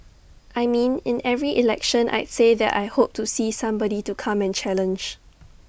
I mean in every election I'd say that I hope to see somebody to come and challenge